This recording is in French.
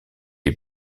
est